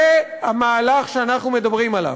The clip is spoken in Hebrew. זה המהלך שאנחנו מדברים עליו.